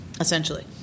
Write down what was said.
essentially